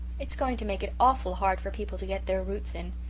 it's going to make it awful hard for people to get their roots in.